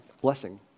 blessing